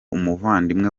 umuvandimwe